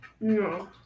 No